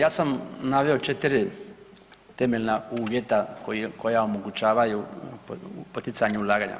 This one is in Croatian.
Ja sam naveo 4 temeljena uvjeta koja omogućavaju poticanje ulaganja.